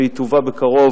והיא תובא בקרוב,